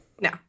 No